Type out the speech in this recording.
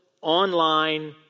Online